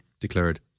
declared